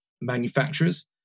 manufacturers